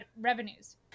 revenues